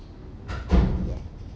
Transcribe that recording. yeah